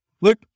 look